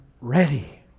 ready